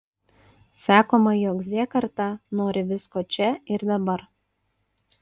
sakoma jog z karta nori visko čia ir dabar